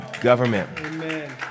government